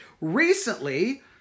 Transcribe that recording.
Recently